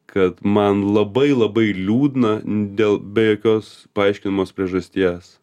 kad man labai labai liūdna dėl be jokios paaiškinamos priežasties